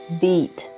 beat